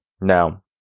Now